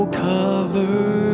cover